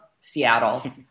Seattle